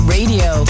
Radio